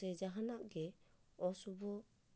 ᱥᱮ ᱡᱟᱦᱟᱱᱟᱜ ᱜᱮ ᱚᱥᱩᱵᱷᱚ